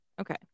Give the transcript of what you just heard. Okay